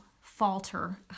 falter